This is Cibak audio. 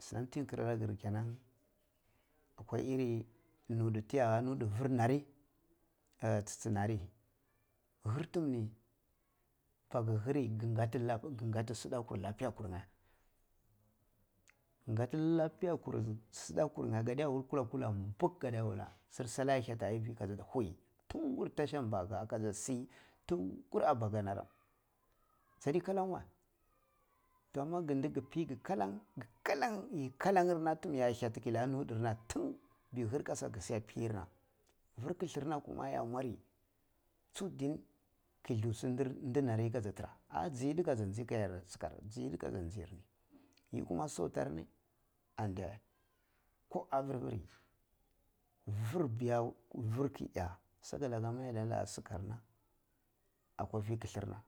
Si nan ti kira laka gir kenan akura iri nutta tya nutta fir narri eh chi chi nari fir tum baki hirri kin kati lab kin gati si dakur lopi yakur nye, katfi lapiyar kuna. Sidakar nye kadewul kula-kula buk kadde wulla sir saillai ada hyatti ayifi kaja wuyi fungur fashan baga kaja si tungur abaganaram jadi kalan wei toh amma ki da ki pi gi kalan yi kalan nir ya hijatti ke likka nutur na tura meyi hir kasa ke sika pir na fir killia na kuma ya mwari ju din ke inchi dinam dinari ka sha kaja tsira ah ji yidde ji gi kayar sikar ji yida ji gir ni yi kuma sotar ri andiya ko afir firi fir hya fir ki iya sotilaka ma ya laka sikarna ako fika tarna.